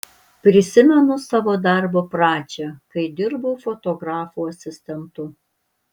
prisimenu savo darbo pradžią kai dirbau fotografų asistentu